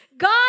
God